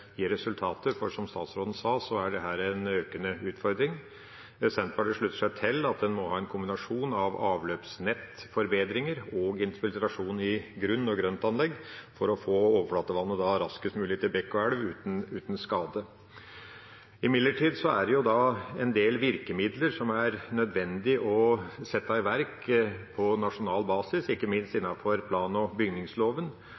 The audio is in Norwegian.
resultater, for som statsråden sa, er dette en økende utfordring. Senterpartiet slutter seg til at en må ha en kombinasjon av avløpsnettforbedringer og infiltrasjon i grunn og grøntanlegg for å få overflatevannet raskest mulig til bekk og elv uten skade. Imidlertid er det en del virkemidler som det er nødvendig å sette i verk på nasjonal basis, ikke minst